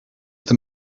the